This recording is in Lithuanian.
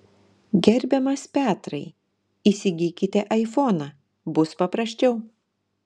gerbiamas petrai įsigykite aifoną bus paprasčiau